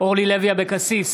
אורלי לוי אבקסיס,